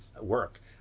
work